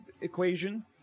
equation